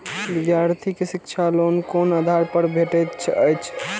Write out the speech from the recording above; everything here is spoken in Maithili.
विधार्थी के शिक्षा लोन कोन आधार पर भेटेत अछि?